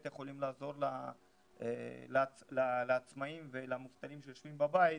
יכולים לעזור לעצמאים ולמובטלים שיושבים בבית,